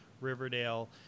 riverdale